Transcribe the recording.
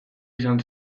izan